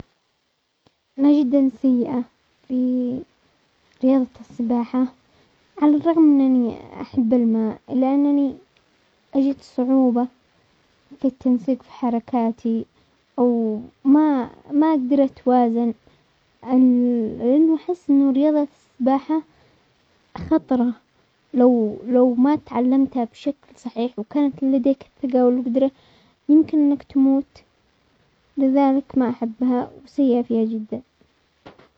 انا جدا سيئة في رياضة السباحة على الرغم انني احب الماء الا انني اجد صعوبة في التنسيق في حركاتي او ما-ما قدرت وازن، احس انه رياضة السباحة خطرة لو-لو ما تعلمتها بشكل صحيح وكانت لديك الثقة والمقدرة يمكن انك تموت، لذلك ما احبها وسيئة فيها جدا.